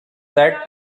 said